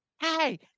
Hey